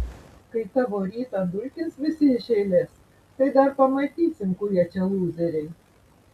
kai tavo rytą dulkins visi iš eilės tai dar pamatysim kurie čia lūzeriai